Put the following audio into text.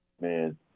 Man